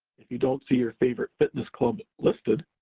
if you don't see your favorite fitness club listed,